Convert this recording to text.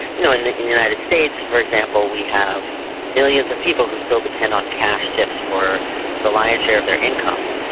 you know in the in the united states for example we have millions of people who still depend on cash tips for the lion's share of their income.